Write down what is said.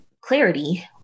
clarity